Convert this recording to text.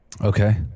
Okay